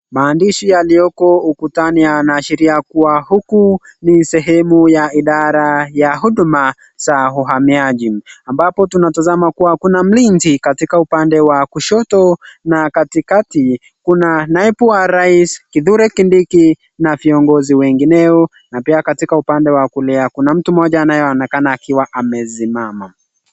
Maandishi yaliyokoukutani yanaashiria kuwa huku ni sehemu ya idara ya huduma za uhamiaji ambapo tunatazama kuwa kuna mlinzi katika upande wa kushoto na katikati kuna naibu wa rais , Kithure Kindiki na viongozi wengineo na pia katika upande wa kulia kuna mtu mmoja anayeonekana akiwa amesimama.